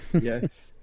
Yes